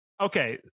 Okay